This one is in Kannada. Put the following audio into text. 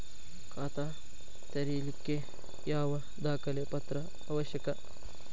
ಖಾತಾ ತೆರಿಲಿಕ್ಕೆ ಯಾವ ದಾಖಲೆ ಪತ್ರ ಅವಶ್ಯಕ?